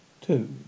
Two